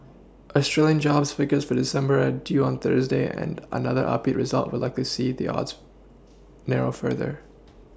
Australian jobs figures for December are due on Thursday and another upbeat result would likely see the odds narrow further